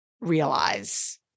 realize